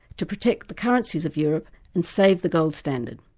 to protect the currencies of europe and save the gold standard.